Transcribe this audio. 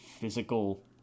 physical